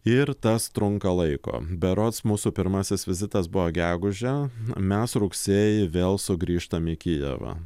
ir tas trunka laiko berods mūsų pirmasis vizitas buvo gegužę mes rugsėjį vėl sugrįžtam į kijevą